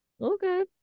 Okay